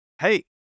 hey